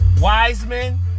Wiseman